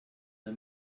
der